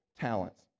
talents